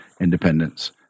independence